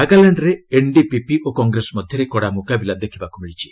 ନାଗାଲାଣ୍ଡରେ NDPP ଓ Congress ମଧ୍ୟରେ କଡ଼ା ମୁକାବିଲା ଦେଖିବାକୁ ମିଳିଛି